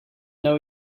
know